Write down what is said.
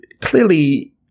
clearly